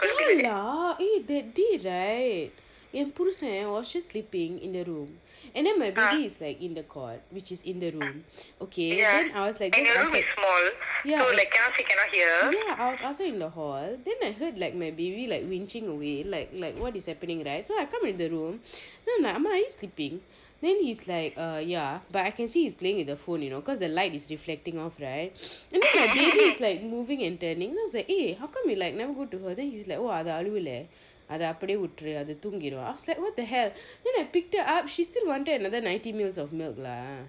ya lah eh that day right என் புருஷன்:en purusan was just sleeping in the room and then my baby is like in the cot which is like in the room then I was like ya ya I was outside in the hall then I heard my baby winching away like like what is happening right then I come in the room then I'm like ah ma are you sleeping then he's like a ya but I can see like he's playing with the phone you know because the light is relfecting off right then the baby is like moving and turning right then I was like eh how come you never go to her then he is like oh அது அழுவல அத அப்படி விட்டுரு அது தூங்கிடும்:athu aluvala atha appdi vitturu athu thoongidum I asked like what the hell then I picked her up and she still wanted another nintey MLS